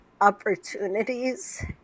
opportunities